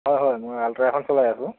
হয় হয় মই আল্ট্ৰা এখন চলাই আছোঁ